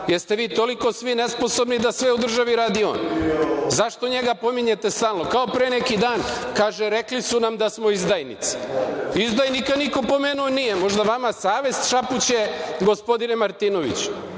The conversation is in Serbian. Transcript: svi toliko nesposobni da sve u državi radi on? Zašto njega spominjete stalno? Kao pre neki dan, kaže - rekli su nam da smo izdajnici. Izdajnika niko pomenuo nije. Možda vama savest šapuće, gospodine Martinoviću.